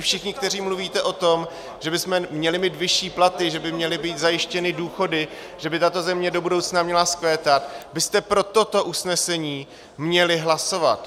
Vy všichni, kteří mluvíte o tom, že bychom měli mít vyšší platy, že by měly být zajištěny důchody, že by tato země do budoucna měla vzkvétat, byste pro toto usnesení měli hlasovat.